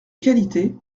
qualité